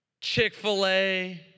Chick-fil-A